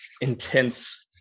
intense